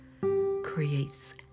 creates